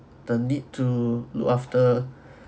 the need to look after